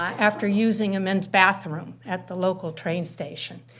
after using a men's bathroom at the local train station.